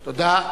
תודה.